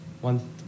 one